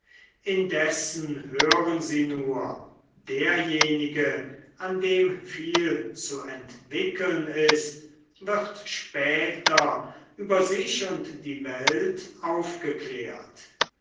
indessen hören sie nur derjenige an dem viel zu entwickeln ist wird später über sich und die welt aufgeklärt